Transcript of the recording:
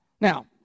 Now